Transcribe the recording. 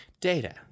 Data